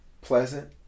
pleasant